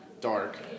dark